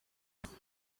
yagize